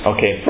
Okay